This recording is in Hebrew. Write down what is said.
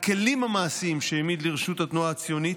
הכלים המעשיים שהעמיד לרשות התנועה הציונית,